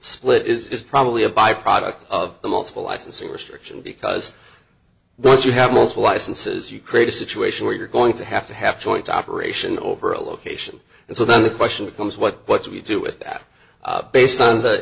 split is probably a byproduct of the multiple licensing restriction because once you have multiple licenses you create a situation where you're going to have to have choice operation over a location and so then the question becomes what do we do with that based on the